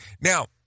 Now